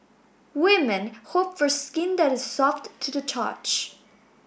women hope for skin that is soft to the touch